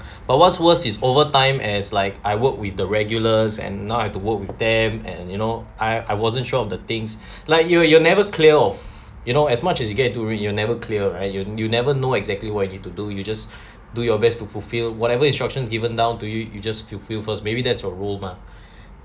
but what's worst is over time as like I worked with the regulars and now I have to work with them and you know I I wasn't sure of the things like you you'll never clear off you know as much as you get into it you'll never clear right you you never know exactly what you need to do you just do your best to fulfill whatever instructions given down to you you just fulfill first maybe that's the role mah